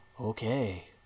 okay